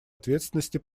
ответственности